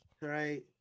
right